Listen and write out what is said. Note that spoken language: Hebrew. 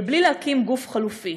ובלי להקים גוף חלופי.